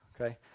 okay